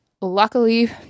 luckily